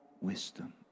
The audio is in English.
wisdom